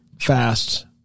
fast